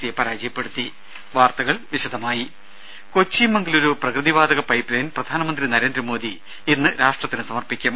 സിയെ പരാജയപ്പെടുത്തി വാർത്തകൾ വിശദമായി കൊച്ചി മംഗലുരു പ്രകൃതിവാതക പൈപ്പ്ലൈൻ പ്രധാനമന്ത്രി നരേന്ദ്രമോദി ഇന്ന് രാഷ്ട്രത്തിന് സമർപ്പിക്കും